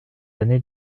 années